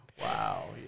wow